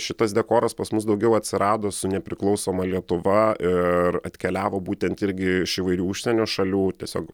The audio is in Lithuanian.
šitas dekoras pas mus daugiau atsirado su nepriklausoma lietuva ir atkeliavo būtent irgi iš įvairių užsienio šalių tiesiog